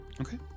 Okay